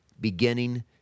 beginning